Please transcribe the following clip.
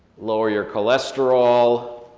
lower your cholesterol.